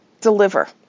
deliver